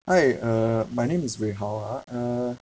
hi uh my name is wei hao ah uh